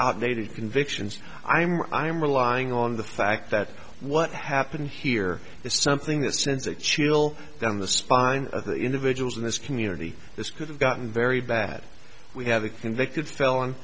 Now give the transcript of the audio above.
obviated convictions i am i am relying on the fact that what happened here is something that sends a chill down the spine of the individuals in this community this could have gotten very bad we have a convicted felon